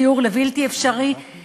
הגיור הוא דתי במהותו,